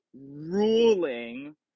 ruling